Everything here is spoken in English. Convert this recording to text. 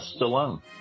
Stallone